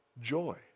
joy